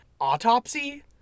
autopsy